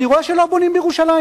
אני רואה שלא בונים בירושלים.